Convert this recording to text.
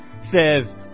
says